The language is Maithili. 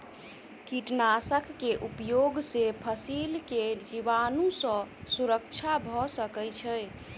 कीटनाशक के उपयोग से फसील के जीवाणु सॅ सुरक्षा भअ सकै छै